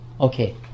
okay